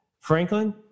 Franklin